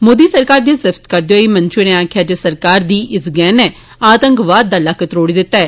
मोदी सरकार दी सिफ्त करदे होई मंत्री होरें आखेआ जे सरकार दी इस गैंह् नै आतंकवाद दा लक्क त्रोड़ी दित्ता ऐ